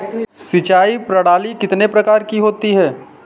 सिंचाई प्रणाली कितने प्रकार की होती है?